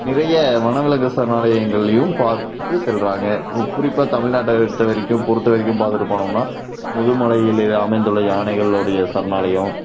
நிறைய வனவிலங்கு சரணாலயங்களையும் பார்த்து செல்கிறாங்க குறிப்பாக தமிழ்நாட்டை எடுத்த வரைக்கும் பொறுத்த வரைக்கும் பார்த்துட்டு போனமுன்னா முதுமலையில் அமைந்துள்ள யானைகளுடைய சரணாலயம்